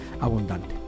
abundante